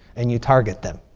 and you target them.